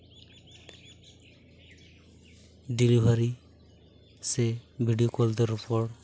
delivery ᱥᱮ video ᱠᱚᱞᱛᱮ ᱨᱚᱯᱚᱲ